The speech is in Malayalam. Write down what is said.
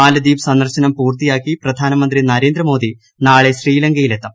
മാലദ്വീപ് സന്ദർശനം പൂർത്തിയാക്കി പ്രധാനമന്ത്രി നരേന്ദ്രമോദി നാളെ ശ്രീലങ്കയിലെത്തും